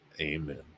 amen